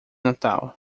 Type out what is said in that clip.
natal